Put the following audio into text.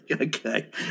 Okay